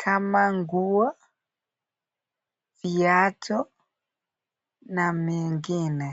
kama nguo, viatu na mengine.